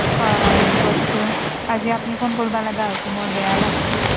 পঢ়াবা হেৰি কৰিছোঁ আজি আপুনি ফোন কৰিব লগা হৈছে মোৰ বেয়া লাগিছে